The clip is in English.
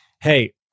hey